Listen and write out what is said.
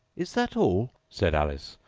is that all said alice,